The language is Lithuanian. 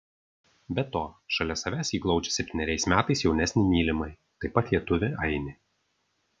be to šalia savęs ji glaudžia septyneriais metais jaunesnį mylimąjį taip pat lietuvį ainį